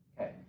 Okay